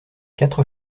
quatre